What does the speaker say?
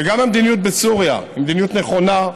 וגם המדיניות בסוריה היא מדיניות נכונה,